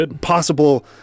possible